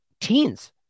teens